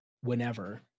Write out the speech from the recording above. whenever